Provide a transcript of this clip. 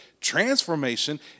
Transformation